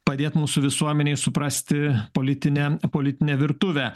padėt mūsų visuomenei suprasti politinę politinę virtuvę